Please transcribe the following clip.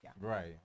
Right